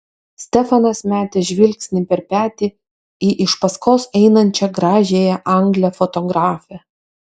stefanas metė žvilgsnį per petį į iš paskos einančią gražiąją anglę fotografę